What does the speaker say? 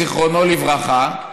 זיכרונו לברכה,